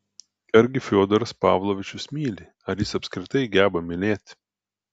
argi fiodoras pavlovičius myli ar jis apskritai geba mylėti